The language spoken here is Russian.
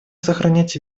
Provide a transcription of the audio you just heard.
сохранять